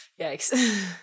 Yikes